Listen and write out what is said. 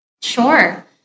Sure